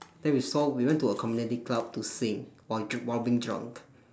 then we saw we went to a community club to sing while d~ while being drunk